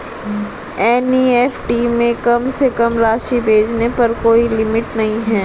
NEFT में कम से कम राशि भेजने पर कोई लिमिट नहीं है